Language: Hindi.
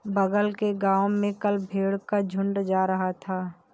बगल के गांव में कल भेड़ का झुंड जा रहा था